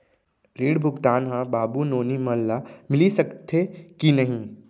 ऋण भुगतान ह बाबू नोनी मन ला मिलिस सकथे की नहीं?